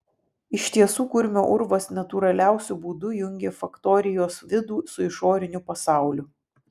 iš tiesų kurmio urvas natūraliausiu būdu jungė faktorijos vidų su išoriniu pasauliu